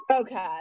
Okay